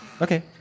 Okay